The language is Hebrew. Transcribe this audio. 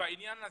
בעניין הזה,